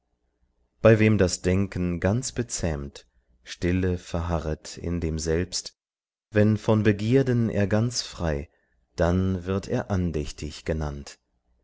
bei wem das denken ganz bezähmt stille verharret in dem selbst wenn von begierden er ganz frei dann wird er andächtig genannt